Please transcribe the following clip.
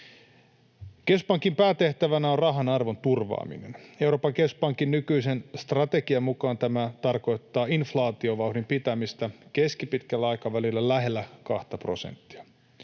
Keskuspankin päätehtävänä on rahan arvon turvaaminen. Euroopan keskuspankin nykyisen strategian mukaan tämä tarkoittaa inflaatiovauhdin pitämistä keskipitkällä aikavälillä lähellä kahta prosenttia.